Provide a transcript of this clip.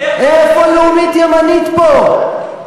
איפה לאומית-ימנית פה?